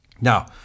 Now